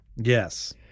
yes